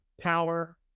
power